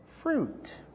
fruit